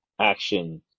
action